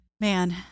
Man